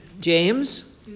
James